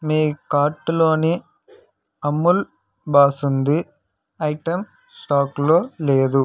మీ కార్టులోని అమూల్ బాసుంది ఐటెం స్టాకులో లేదు